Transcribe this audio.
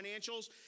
financials